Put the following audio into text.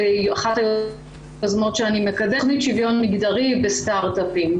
שבולטת בהייטק ואחת היוזמות שאני מקדמת היא שוויון מגדרי בסטרטאפים,